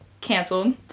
canceled